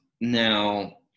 now